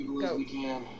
go